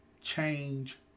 change